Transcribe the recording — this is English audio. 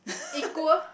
equal